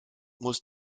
muss